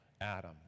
Adam